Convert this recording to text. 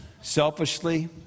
selfishly